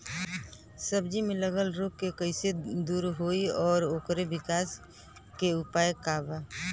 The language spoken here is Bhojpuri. सब्जी में लगल रोग के कइसे दूर होयी और ओकरे विकास के उपाय का बा?